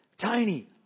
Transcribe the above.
Tiny